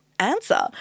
answer